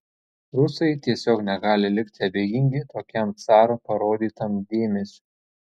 rusai tiesiog negali likti abejingi tokiam caro parodytam dėmesiui